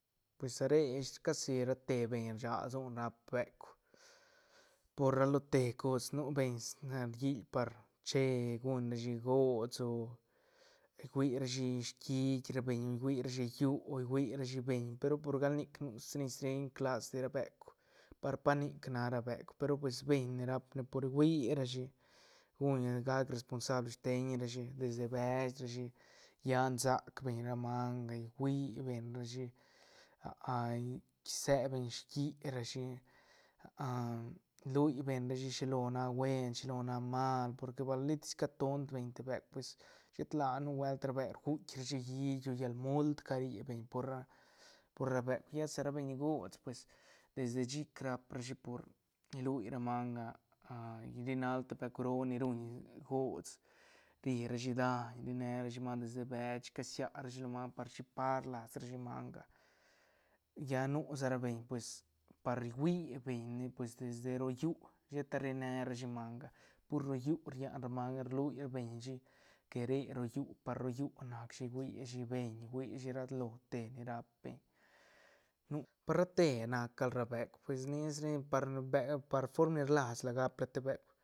Pues sa re ish casi ra te beñ rsag lsone rap beuk por ra lo te cos nu beñ riil par che guñ rashi gots o hui rashi shiit ra steñ hui rashi llu o hui rashi beñ pe ru por gal nic nu sreñ-sreñ clas de ra beuk par pa nic nac ra beuk pe ru pues beñ ne rap beñ por hui rashi guñ gac responsable sten rashi desde bech rashi llan sac beñ ra manga hui beñ rashi sebeñ ski rashi lui beñ rashi shi lo nac buen shi lo nac mal porque bañ litis ca ton beñ de beuk pues shet ladi nubuelt reb rguitk rashi hiit o llal mult ca ri beñ por ra por ra beuk ya sa ra beñ gots pues desde chic rap rashi por lui ra manga rri bal te beuk roo ni ruñ gost ri ra shi daiñ ri ne rashi manga bech ca sia rashi manga par shi par las rashi manga lla nu sa ra beñ pues par rui beñ ne pues desde ro llu shet rri ne ra shi manga por rro llú rian ra manga rlui ra beñ shi que re rro llú par rro llú nacshi huishi beñ huishi ra lo te ni rap beñ nu par ra te nac gal ra beuk pues nia sren par beuk par form ni rlasla gap la te beuk